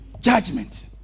Judgment